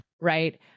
Right